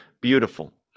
Beautiful